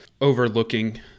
overlooking